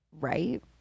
right